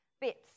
bits